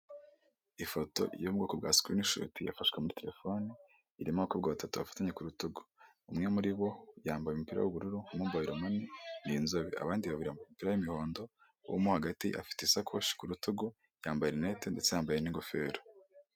Ifoto yo'ubwoko bwa sikirinishuti yafashwe na terefone, irimo abakobwa batatu bafatanye ku rutugu, umwe muri bo yambaye umupira w'ubururu wa mobayiro mani, ni inzobe abandi babiri bambaye imipira y'umuhondo, uwo mo hagati afite isakoshi ku rutugu yambaye rinete ndetse yambaye n'ingofero.